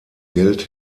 geld